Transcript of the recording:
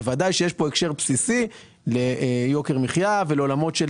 בוודאי שיש כאן הקשר בסיסי ליוקר מחיה ולעולמות של